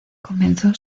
comenzó